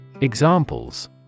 Examples